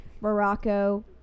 morocco